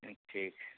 तो ठीक है